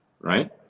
right